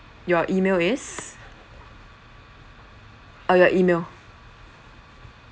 your email is uh your email